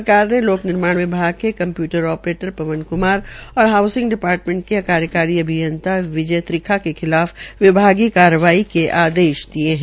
सरकार ने लोक निर्माण विभाग के कंप्यूटर अप्रेटर पवन क्मार और ड्राईसिंग डिपार्टमेंट की कार्यकारी अभियंता विजय त्रिखा के खिलाफ विभागीय कार्रवाई के आदेश दिये है